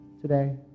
today